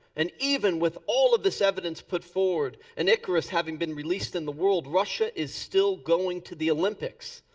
and even with all of this evidence put forward and icarus having been released in the world russia is still going to the olympics.